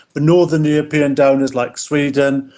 the northern european donors like sweden,